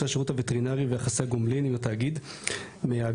שירות הווטרינרי ויחסי הגומלין עם התאגיד מאגף